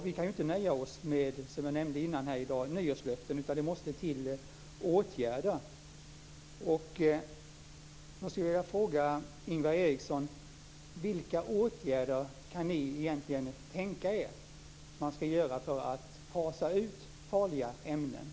Vi kan inte nöja oss med nyårslöften, som jag sade tidigare, utan det måste till åtgärder.